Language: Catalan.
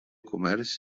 comerç